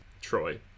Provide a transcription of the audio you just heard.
Troy